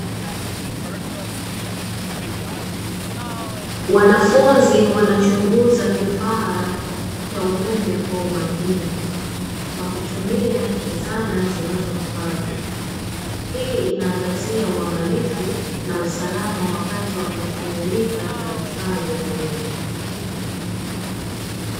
Wanafunzi wanachunguza kifaa cha umeme kwa umakini, wakitumia zana zinazofaa, hii inaangazia uangalifu na usalama wakati wa kushughulika na vifaa vya umeme.